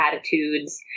attitudes